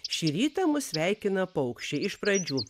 šį rytą mus sveikina paukščiai iš pradžių